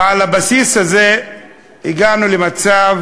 ועל הבסיס הזה הגענו למצב